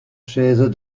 chaises